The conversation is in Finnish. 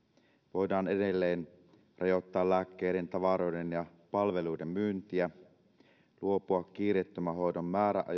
voidaan edelleen rajoittaa lääkkeiden tavaroiden ja palveluiden myyntiä luopua kiireettömän hoidon